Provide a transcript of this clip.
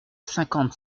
cinquante